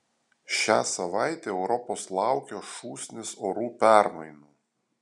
šią savaitę europos laukia šūsnis orų permainų